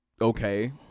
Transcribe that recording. okay